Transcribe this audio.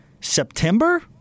September